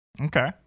Okay